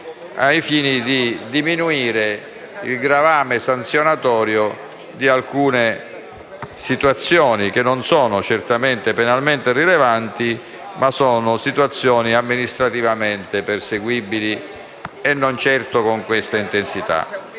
al fine di diminuire il gravame sanzionatorio di alcune situazioni, che non sono certamente penalmente rilevanti, ma sono amministrativamente perseguibili e non certo con questa intensità.